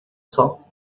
sol